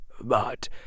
But